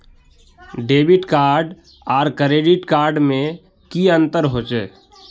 Debit card आर credit card में की अंतर होचे?